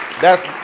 that's